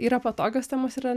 yra patogios temos yra ne